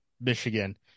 Michigan